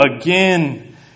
again